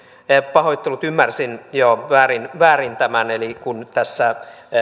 pahoittelut ymmärsin väärin väärin tämän eli kun tässä